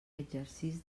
exercix